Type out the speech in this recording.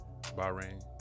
Bahrain